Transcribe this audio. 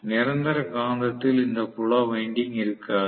நிரந்தர காந்தத்தில் இந்த புல வைண்டிங் இருக்காது